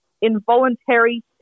involuntary